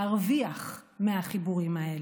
להרוויח מהחיבורים האלה.